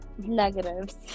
negatives